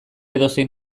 edozein